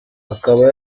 akaba